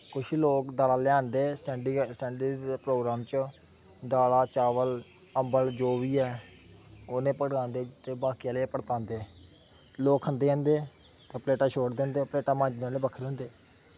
कुछ लोग दाल लेआंदे स्टैंडिंग प्रोग्राम बिच्च दालां चाबल अम्बल जो बी ऐ ओह् बरतांदे ते बाकी आह्ले पड़कांदे लोग खंदे जंदे ते प्लेटां छोड़दे जंदे ते प्लेटां मांजने आह्ले बक्खरे होंदे